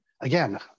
Again